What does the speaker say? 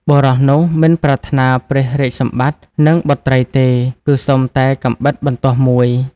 បុរសនោះមិនប្រាថ្នាព្រះរាជសម្បត្តិ និងបុត្រីទេ គឺសុំតែកាំបិតបន្ទោះមួយ។